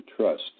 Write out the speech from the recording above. trust